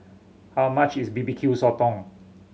how much is B B Q Sotong